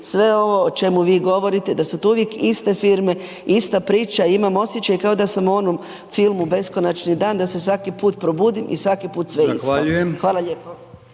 sve ovo o čemu vi govorite da su tu uvijek iste firma, ista priča i imam osjeća da sam kao u onom filmu „Beskonačni dan“ da se svaki put probudim i svaki put sve isto. Hvala lijepo.